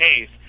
case